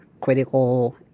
critical